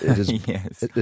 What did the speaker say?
Yes